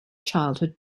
childhood